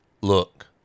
Look